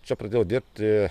čia pradėjau dirbti